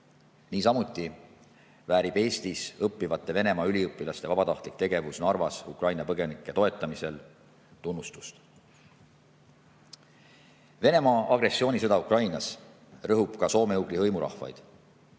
Niisamuti väärib Eestis õppivate Venemaa üliõpilaste vabatahtlik tegevus Narvas Ukraina põgenike toetamisel tunnustust. Venemaa agressioonisõda Ukrainas rõhub ka soome-ugri hõimurahvaid.